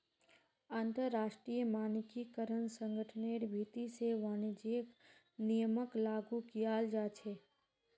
अंतरराष्ट्रीय मानकीकरण संगठनेर भीति से वाणिज्यिक नियमक लागू कियाल जा छे